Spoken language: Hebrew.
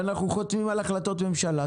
ואנחנו חותמים על החלטות ממשלה.